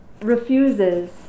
refuses